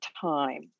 time